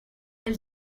elle